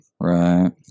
right